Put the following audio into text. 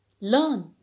learn